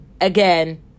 again